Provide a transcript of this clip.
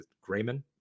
Grayman